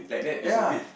ya